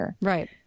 Right